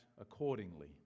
accordingly